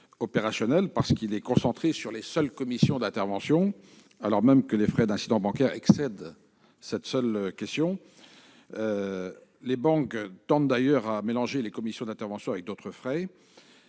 opérationnel, car il est concentré sur les seules commissions d'intervention, alors même que les frais d'incident bancaire excèdent cette seule question. Les banques tendent d'ailleurs à mélanger les commissions d'intervention avec d'autres frais.